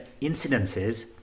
incidences